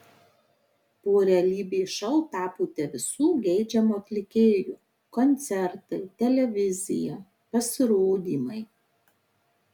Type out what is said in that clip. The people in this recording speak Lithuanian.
po realybės šou tapote visų geidžiamu atlikėju koncertai televizija pasirodymai